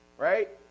right?